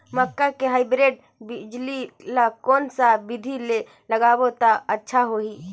मक्का के हाईब्रिड बिजली ल कोन सा बिधी ले लगाबो त अच्छा होहि?